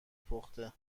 پخته